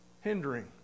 hindering